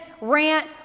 rant